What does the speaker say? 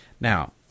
Now